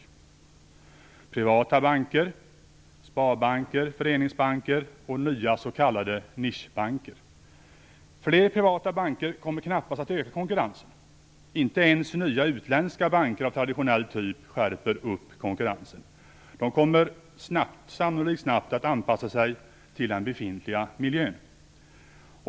Det behövs också privata banker av den typ vi har - sparbanker och föreningsbanker samt nya s.k. Fler privata banker kommer knappast att öka konkurrensen. Inte ens nya utländska banker av traditionell typ skärper konkurrensen. De kommer sannolikt att snabbt anpassa sig till den befintliga miljön.